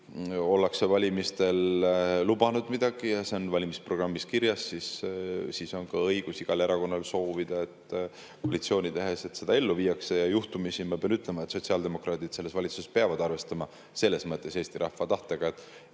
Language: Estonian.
ollakse valimistel lubanud midagi ja see on valimisprogrammis kirjas, siis on igal erakonnal koalitsiooni tehes õigus soovida, et seda ellu viiakse. Ja juhtumisi ma pean ütlema, et sotsiaaldemokraadid selles valitsuses peavad arvestama selles mõttes Eesti rahva tahtega, et